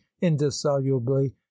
indissolubly